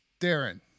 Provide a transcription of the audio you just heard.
Darren